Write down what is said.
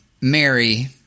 Mary